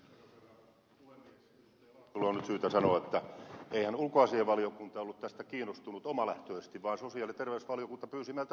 laaksolle on nyt syytä sanoa että eihän ulkoasiainvaliokunta ollut tästä kiinnostunut omalähtöisesti vaan sosiaali ja terveysvaliokunta pyysi meiltä lausunnon